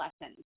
lessons